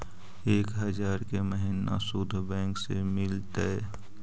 एक हजार के महिना शुद्ध बैंक से मिल तय?